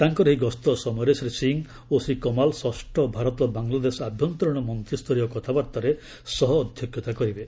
ତାଙ୍କର ଏହି ଗସ୍ତ ସମୟରେ ଶ୍ରୀ ସିଂ ଓ ଶ୍ରୀ କମାଲ୍ ଷଷ୍ଠ ଭାରତ ବାଙ୍ଗଲାଦେଶ ଆଭ୍ୟନ୍ତରିଣ ମନ୍ତ୍ରୀ ସ୍ତରୀୟ କଥାବାର୍ତ୍ତାରେ ସହ ଅଧ୍ୟକ୍ଷତା କରିବେ